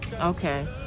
okay